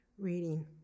reading